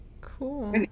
Cool